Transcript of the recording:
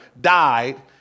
died